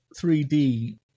3D